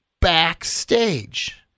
Backstage